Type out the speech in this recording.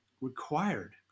required